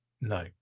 no